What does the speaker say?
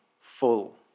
full